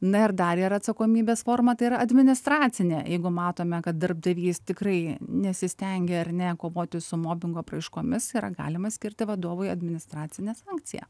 na ir dar yra atsakomybės forma tai yra administracinė jeigu matome kad darbdavys tikrai nesistengia ar ne kovoti su mobingo apraiškomis yra galima skirti vadovui administracinę sankciją